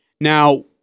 Now